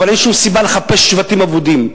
אבל אין שום סיבה לחפש שבטים אבודים.